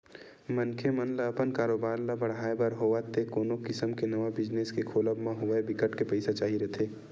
मनखे मन ल अपन कारोबार ल बड़हाय बर होवय ते कोनो किसम के नवा बिजनेस के खोलब म होवय बिकट के पइसा चाही रहिथे